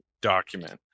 document